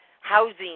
housing